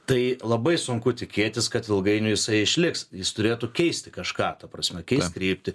tai labai sunku tikėtis kad ilgainiui jisai išliks jis turėtų keisti kažką ta prasme keist kryptį